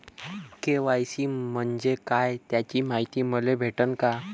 KYC म्हंजे काय त्याची मायती मले भेटन का?